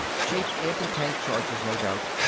shaped anti-tank charges, no doubt.